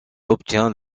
obtient